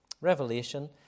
revelation